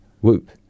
whoop